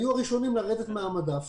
שהיו הראשונים לרדת מהמדף